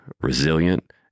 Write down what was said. resilient